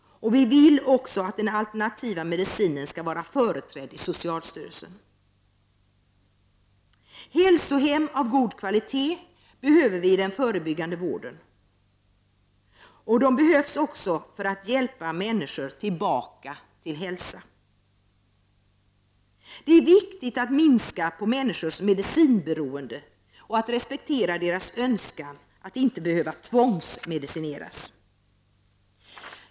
Vi vill också att alternativmedicinen skall vara företrädd i socialstyrelsen. Hälsohem av god kvalitet behöver vi i den förebyggande vården. De behövs också för att hjälpa människor tillbaka till hälsa. Det är viktigt att minska människors medicinberoende och att respektera deras önskan att inte behöva tvångsmedicineras.